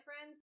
friends